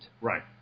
Right